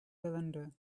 cylinder